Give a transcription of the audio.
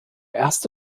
erste